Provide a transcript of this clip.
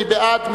מי בעד?